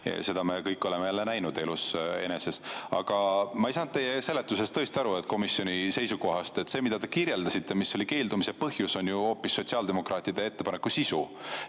Seda me kõik oleme jälle näinud elus eneses. Aga ma ei saanud teie seletusest tõesti aru, just komisjoni seisukohast. See, mida te kirjeldasite, mis oli keeldumise põhjus, on ju hoopis sotsiaaldemokraatide ettepaneku sisu.